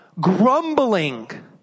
grumbling